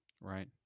Right